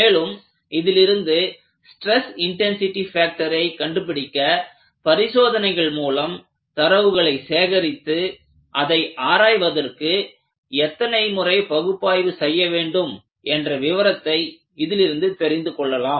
மேலும் இதிலிருந்து stress intensity ஃபேக்டரை கண்டுபிடிக்க பரிசோதனைகள் மூலம் தரவுகளை சேகரித்து அதை ஆராய்வதற்கு எத்தனை முறை பகுப்பாய்வு செய்ய வேண்டும் என்ற விவரத்தை இதிலிருந்து தெரிந்துகொள்ளலாம்